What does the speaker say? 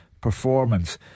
performance